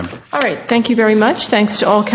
time all right thank you very much thanks to all